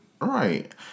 Right